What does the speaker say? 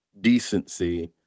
decency